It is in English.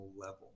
level